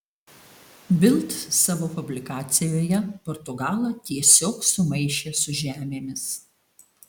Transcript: bild savo publikacijoje portugalą tiesiog sumaišė su žemėmis